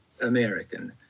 American